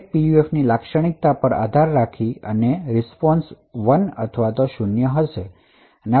દરેક પીયુએફની લાક્ષણિકતાઓ પર આધાર રાખીને રીસ્પોન્શ 1 અથવા 0 હશે